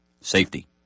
Safety